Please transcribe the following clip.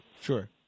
Sure